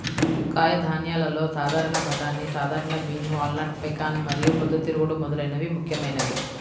కాయధాన్యాలలో సాధారణ బఠానీ, సాధారణ బీన్, వాల్నట్, పెకాన్ మరియు పొద్దుతిరుగుడు మొదలైనవి ముఖ్యమైనవి